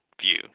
view